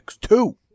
Two